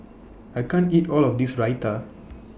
I can't eat All of This Raita